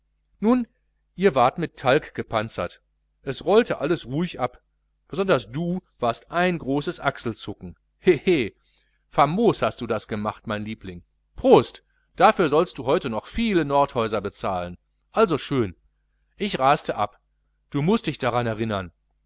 nun ihr wart mit talg gepanzert es rollte alles ruhig ab besonders du warst ein großes achselzucken hehe famos hast du das gemacht mein liebling prost dafür sollst du heute noch viele nordhäuser bezahlen also schön ich raste ab du mußt dich daran erinnern